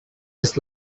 his